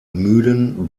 mühlen